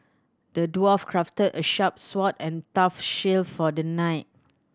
the dwarf crafted a sharp sword and tough shield for the knight